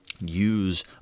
use